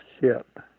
ship